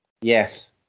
Yes